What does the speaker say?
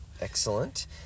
Excellent